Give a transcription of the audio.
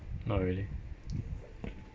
not really